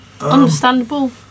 Understandable